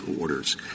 orders